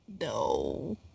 no